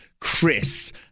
Chris